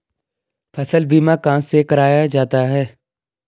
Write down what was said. फसल बीमा कहाँ से कराया जाता है?